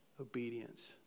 obedience